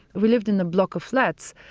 we lived in a block of flats.